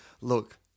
look